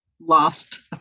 lost